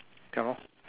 ya lor